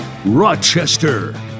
Rochester